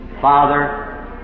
Father